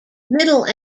middle